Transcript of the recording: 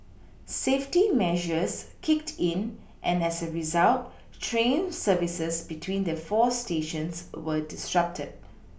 safety measures kicked in and as a result train services between the four stations were disrupted